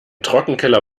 trockenkeller